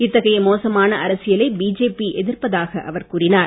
இத்தகைய மோசமான அரசியலை பிஜேபி எதிர்ப்பதாக அவர் கூறினார்